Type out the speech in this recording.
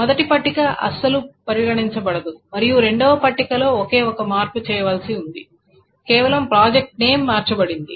మొదటి పట్టిక అస్సలు పరిగణించబడదు మరియు రెండవ పట్టికలో ఒకే ఒక్క మార్పు చేయవలసి ఉంది కేవలం ప్రాజెక్ట్ నేమ్ మార్చబడింది